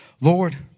Lord